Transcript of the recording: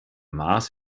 mars